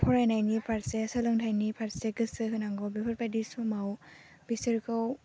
फरायनायनि फारसे सोलोंथायनि फारसे गोसो होनांगौ बेफोरबायदि समाव बिसोरखौ